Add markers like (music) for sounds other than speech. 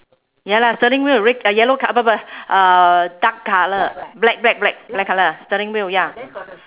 ya lah steering wheel red uh yellow co~ (noise) uh dark colour black black black black colour steering wheel ya